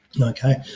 Okay